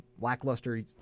lackluster